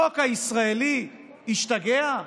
החוק הישראלי השתגע?